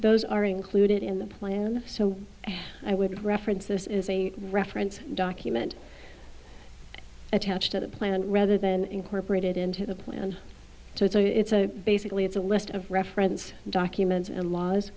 those are included in the plan so i would reference this is a reference document attached to the plan rather than incorporated into the plan so it's a basically it's a list of reference documents and laws